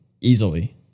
easily